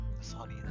Sorry